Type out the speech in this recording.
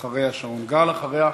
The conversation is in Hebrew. אחריה, שרון גל, אחריו,